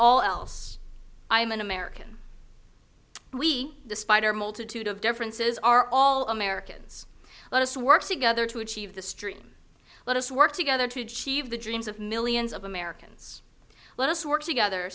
all else i am an american and we despite our multitude of differences are all americans let us work together to achieve the stream let us work together to achieve the dreams of millions of americans let us work together